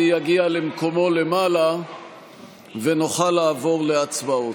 יגיע למקומו למעלה ונוכל לעבור להצבעות.